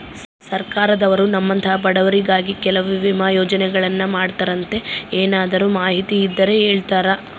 ಸರ್ಕಾರದವರು ನಮ್ಮಂಥ ಬಡವರಿಗಾಗಿ ಕೆಲವು ವಿಮಾ ಯೋಜನೆಗಳನ್ನ ಮಾಡ್ತಾರಂತೆ ಏನಾದರೂ ಮಾಹಿತಿ ಇದ್ದರೆ ಹೇಳ್ತೇರಾ?